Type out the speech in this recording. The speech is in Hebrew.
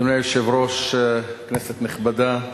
אדוני היושב-ראש, כנסת נכבדה,